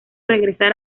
regresar